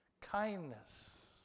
kindness